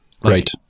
right